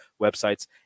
websites